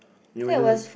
you alone eh